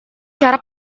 cara